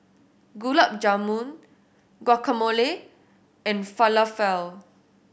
Gulab Jamun Guacamole and Falafel